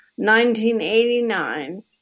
1989